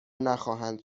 نخواهند